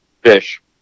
fish